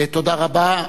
תודה רבה.